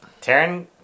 Taryn